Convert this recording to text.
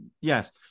yes